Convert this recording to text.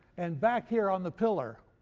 and back here on the pillar,